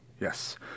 Yes